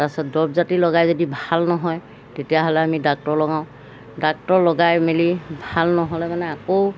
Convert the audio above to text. তাৰপিছত দৰব জাতি লগাই যদি ভাল নহয় তেতিয়াহ'লে আমি ডাক্তৰ লগাওঁ ডাক্তৰ লগাই মেলি ভাল নহ'লে মানে আকৌ